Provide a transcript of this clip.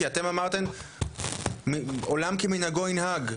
כי אתן אמרתן עולם כמנהגו ינהג,